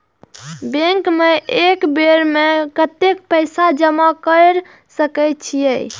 Bank में एक बेर में कतेक पैसा जमा कर सके छीये?